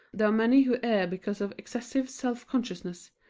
there are many who err because of excessive self-consciousness,